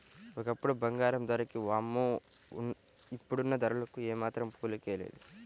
ఒకప్పుడు బంగారం ధరకి వామ్మో ఇప్పుడున్న ధరలకు ఏమాత్రం పోలికే లేదు